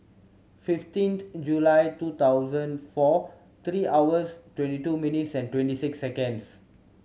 fifteenth July two thousand four three hours twenty two minutes and twenty six seconds